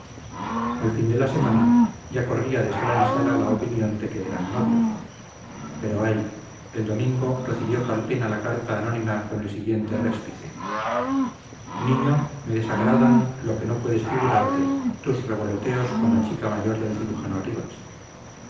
al fin de la semana ya corría de sala en sala la opinión de que eran novios pero ay el domingo recibió calpena la carta anónima con el siguiente réspice niño me desagradan lo que no puedes figurarte tus revoloteos con la chica mayor del cirujano rivas